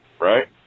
right